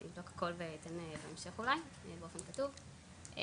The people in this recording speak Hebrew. אבדוק הכל ואתן בהמשך אולי באופן כתוב,